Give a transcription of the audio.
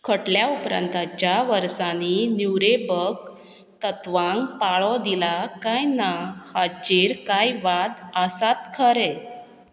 खटल्या उपरांतच्या वर्सांनी न्यूरमबर्ग तत्वांक पाळो दिला काय ना हाचेर कांय वाद आसात खरे